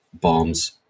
bombs